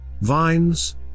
Vines